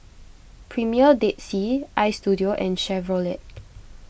Premier Dead Sea Istudio and Chevrolet